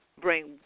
bring